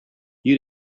you